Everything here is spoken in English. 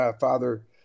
Father